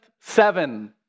seven